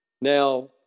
now